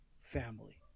family